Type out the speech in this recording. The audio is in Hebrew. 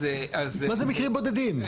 מה זה מקרים בודדים?